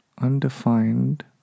Undefined